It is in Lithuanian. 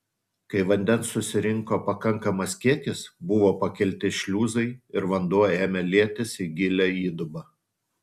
kai vandens susirinko pakankamas kiekis buvo pakelti šliuzai ir vanduo ėmė lietis į gilią įdubą